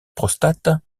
prostate